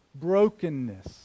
brokenness